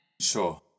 Sure